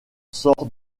sort